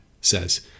says